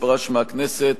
שפרש מהכנסת,